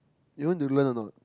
you want to learn or not